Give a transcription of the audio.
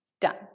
done